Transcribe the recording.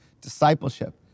discipleship